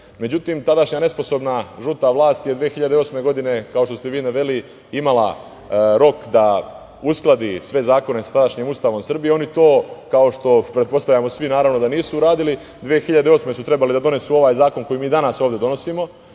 donesen.Međutim, tadašnja nesposobna žuta vlast je 2008. godine, kao što ste vi naveli, imala rok da uskladi sve zakone sa tadašnjim Ustavom Srbije. Oni to, kao što pretpostavljamo svi, naravno da nisu uradili. Godine 2008. su trebali da donesu ovaj zakon koji mi danas ovde donosimo,